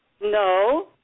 No